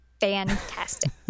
fantastic